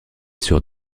sur